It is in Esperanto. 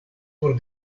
por